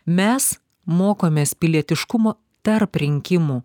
mes mokomės pilietiškumo tarp rinkimų